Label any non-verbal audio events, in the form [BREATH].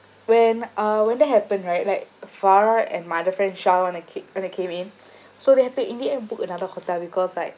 when uh when that happened right like farah and my other friend sha want to ca~ want to came in [BREATH] so they had to in the end book another hotel because like